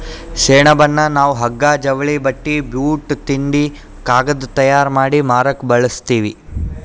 ಸೆಣಬನ್ನ ನಾವ್ ಹಗ್ಗಾ ಜವಳಿ ಬಟ್ಟಿ ಬೂಟ್ ತಿಂಡಿ ಕಾಗದ್ ತಯಾರ್ ಮಾಡಿ ಮಾರಕ್ ಬಳಸ್ತೀವಿ